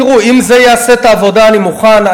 תראו, אם זה יעשה את העבודה, אני מוכן.